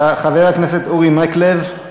חבר הכנסת אורי מקלב?